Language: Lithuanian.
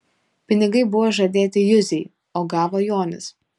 pinigai buvo žadėti juzei o gavo jonis